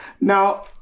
now